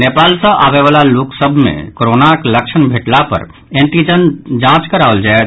नेपाल सँ आबय वला लोक सभ मे कोरोनाक लक्षण भेटला पर एनटीजन जांच कराओल जायत